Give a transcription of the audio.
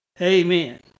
Amen